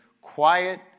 quiet